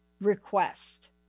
request